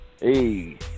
Hey